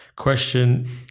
Question